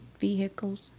vehicles